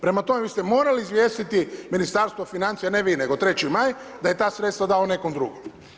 Prema tome vi ste morali izvijestiti Ministarstvo financija, ne vi nego Treći Maj da je ta sredstva dao nekom drugom.